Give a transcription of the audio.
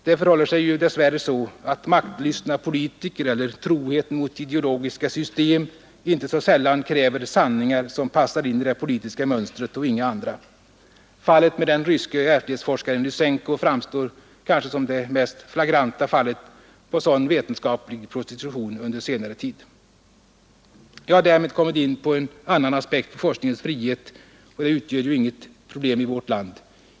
Det förhåller sig dess värre så att maktlystna politiker eller troheten mot ideologiska system inte så sällan kräver ”sanningar” som passar in i det politiska mönstret och inga andra. Fallet med den ryske ärftlighetsforskaren Lysenko framstår kanske som det mest flagranta exemplet på sådan vetenskaplig prostitution under senare tid. Jag har därmed kommit in på en annan aspekt på forskningens frihet, och den utgör inget problem i vårt land.